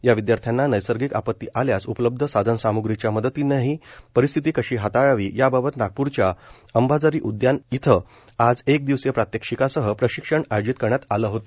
याविद्यार्थ्यांना नैसर्गिक आपत्ती आल्यास उपलब्ध साधन सामुग्रीच्या मदतीनेही परिस्थिती कशी हाताळावी याबाबत नागप्रच्या अंबाझरी उदयान येथे आज एक दिवसीय प्रात्यक्षिकासह प्रशिक्षण आयोजित करण्यात आले होते